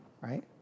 right